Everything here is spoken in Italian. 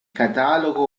catalogo